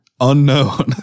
unknown